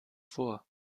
vor